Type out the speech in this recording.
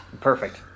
Perfect